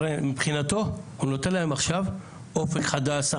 מבחינתו לתת להם עכשיו אופק חדש.